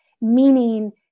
meaning